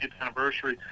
anniversary